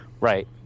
Right